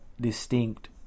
distinct